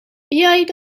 بیایید